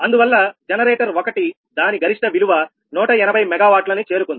అందువల్ల జనరేటర్ 1 దాని గరిష్ట విలువ 180 MW నీ చేరుకుంది